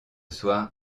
soir